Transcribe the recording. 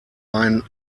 ein